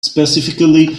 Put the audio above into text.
specifically